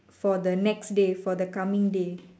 for the next day for the coming day